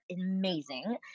amazing